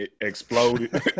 exploded